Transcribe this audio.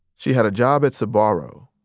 she had a job at sbarro.